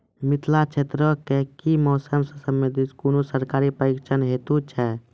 मिथिला क्षेत्रक कि मौसम से संबंधित कुनू सरकारी प्रशिक्षण हेतु छै?